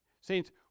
Saints